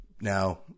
Now